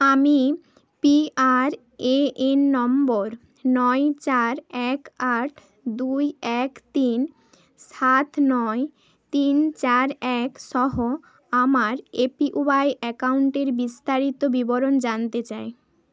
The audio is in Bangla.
আমি পিআরএএন নম্বর নয় চার এক আট দুই এক তিন সাত নয় তিন চার এক সহ আমার এপিওয়াই অ্যাকাউন্টের বিস্তারিত বিবরণ জানতে চাই